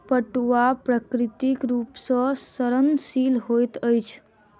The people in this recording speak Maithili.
पटुआ प्राकृतिक रूप सॅ सड़नशील होइत अछि